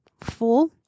full